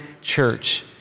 church